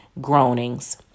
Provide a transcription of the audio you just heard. groanings